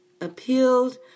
appealed